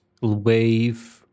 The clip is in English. wave